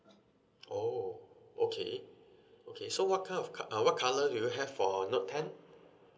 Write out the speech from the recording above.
oh okay okay so what kind of co~ uh what colour do you will have for note ten